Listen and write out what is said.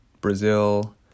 brazil